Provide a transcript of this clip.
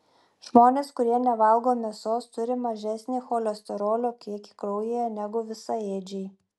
žmonės kurie nevalgo mėsos turi mažesnį cholesterolio kiekį kraujyje negu visaėdžiai